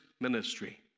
ministry